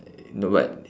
no but